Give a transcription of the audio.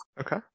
okay